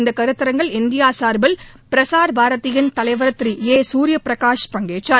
இந்த கருத்தரங்கில இந்தியா சார்பில் பிரசார் பாரதியின் தலைவர் திரு ஏ சூர்ய பிரகாஷ் பங்கேற்றார்